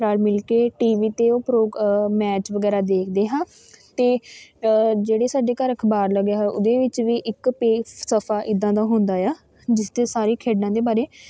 ਰਲ ਮਿਲ ਕੇ ਟੀ ਵੀ 'ਤੇ ਪ੍ਰੋ ਮੈਚ ਵਗੈਰਾ ਦੇਖਦੇ ਹਾਂ ਅਤੇ ਜਿਹੜੇ ਸਾਡੇ ਘਰ ਅਖਬਾਰ ਲੱਗਾ ਹੋਇਆ ਉਹਦੇ ਵਿੱਚ ਵੀ ਇੱਕ ਪੇ ਸਫਾ ਇੱਦਾਂ ਦਾ ਹੁੰਦਾ ਆ ਜਿਸ 'ਤੇ ਸਾਰੀ ਖੇਡਾਂ ਦੇ ਬਾਰੇ